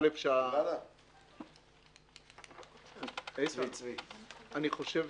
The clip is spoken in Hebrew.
אני חושב